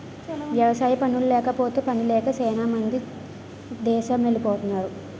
వ్యవసాయ పనుల్లేకపోతే పనిలేక సేనా మంది దేసమెలిపోతరు